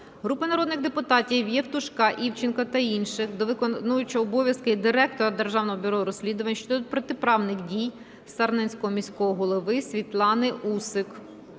Групи народних депутатів (Євтушка, Івченка та інших) до виконувача обов'язків директора Державного бюро розслідувань щодо протиправних дій Сарненського міського голови Світлани Усик.